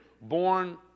Born